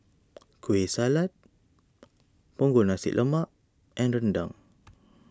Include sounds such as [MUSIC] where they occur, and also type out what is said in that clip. Kueh Salat Punggol Nasi Lemak and Rendang [NOISE]